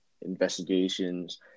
investigations